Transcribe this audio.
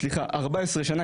14 שנה